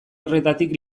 horretatik